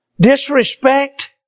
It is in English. Disrespect